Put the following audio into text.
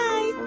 Bye